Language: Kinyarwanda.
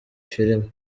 filime